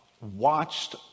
watched